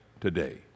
today